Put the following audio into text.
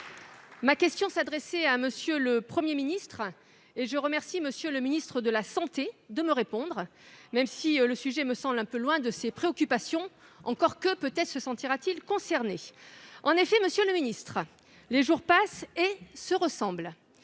Ma question s'adressait à monsieur le Premier ministre et je remercie M. le ministre de la santé de me répondre, même si le sujet me semble un peu éloigné de ses préoccupations. Peut-être se sentira-t-il concerné ... En effet, monsieur le ministre, les jours passent et se ressemblent.